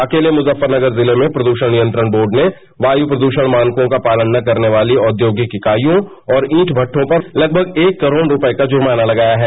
अकले मुजफरनगर जिले में प्रदूषण नियंत्रण बोर्ड ने वायु प्रदूषण मानकों का पालन न करने वाली औद्योगिक इकाइयों और ईट भट्टों पर लगभग एक करोड़ रुपये का जर्माना लगाया है